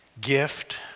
gift